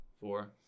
Four